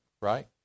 Right